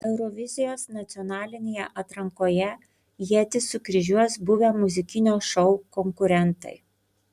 eurovizijos nacionalinėje atrankoje ietis sukryžiuos buvę muzikinio šou konkurentai